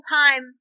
time